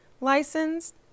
licensed